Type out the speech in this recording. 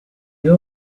you